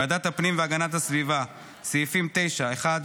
ועדת הפנים והגנת הסביבה: (1) סעיפים 9(1),